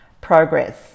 progress